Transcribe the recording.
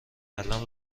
قلم